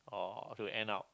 or do we end up